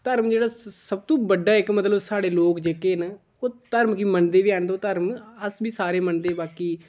धर्म जेह्ड़ा सब तू बड्डा इक्क मतलब साढ़े लोक जेह्के न ओह् धर्म गी मनदे बी है'न ते ओह् धर्म अस बी सारे मनदे बाकी